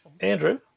andrew